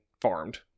farmed